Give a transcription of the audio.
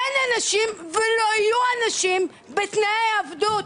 אין אנשים ולא יהיו אנשים בתנאי עבדות.